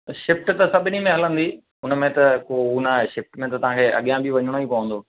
shift त सभिनी में हलंदी हुन में त को हू नाहे शिफ़्ट में त तव्हांखे अॻियां बि वञिणो ई पवंदो